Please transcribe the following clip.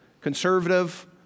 conservative